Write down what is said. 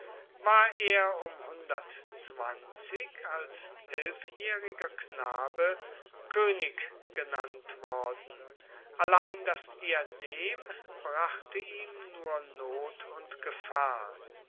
war er um als elfjähriger knabe könig genannt worden allein das diadem brachte ihm nur not und gefahr